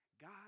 God